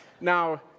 Now